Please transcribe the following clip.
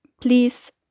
Please